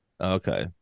Okay